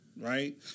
right